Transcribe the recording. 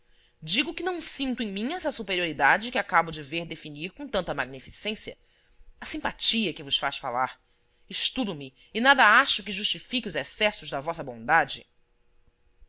digo que não sinto em mim essa superioridade que acabo de ver definir com tanta magnificência a simpatia é que vos faz falar estudo me e nada acho que justifique os excessos da vossa bondade